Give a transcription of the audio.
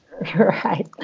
right